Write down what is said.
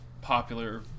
popular